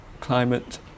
climate